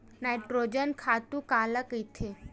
Nitrogen खातु काला कहिथे?